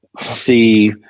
see